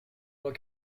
vois